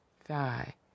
thigh